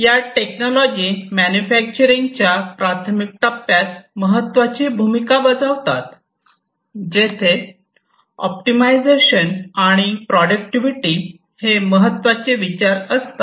या टेक्नॉलॉजी मॅनुफॅकट्युरिंगच्या प्राथमिक टप्प्यात महत्त्वाची भूमिका बजावतात जेथे ऑप्टिमायझेशन आणि प्रॉटडक्टिविटी हे महत्त्वाचे विचार असतात